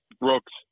Brooks